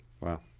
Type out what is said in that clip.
wow